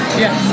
yes